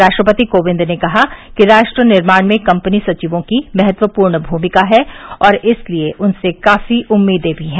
राष्ट्रपति कोविंद ने कहा कि राष्ट्र निर्माण में कंपनी सचिवों की महत्वपूर्ण भूमिका है और इसलिए उनसे काफी उम्मीदें भी हैं